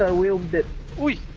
ah will sit with